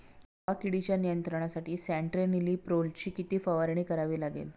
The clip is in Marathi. मावा किडीच्या नियंत्रणासाठी स्यान्ट्रेनिलीप्रोलची किती फवारणी करावी लागेल?